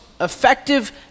effective